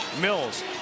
Mills